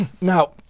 Now